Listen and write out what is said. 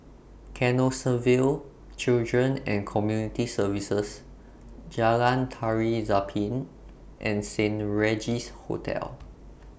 Canossaville Children and Community Services Jalan Tari Zapin and Saint Regis Hotel